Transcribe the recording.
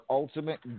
ultimate